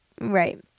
Right